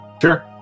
Sure